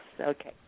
okay